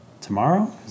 tomorrow